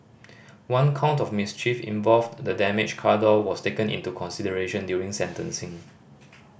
one count of mischief involve the damaged car door was taken into consideration during sentencing